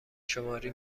شماری